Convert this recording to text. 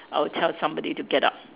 I will tell somebody to get up